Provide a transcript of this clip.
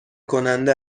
کننده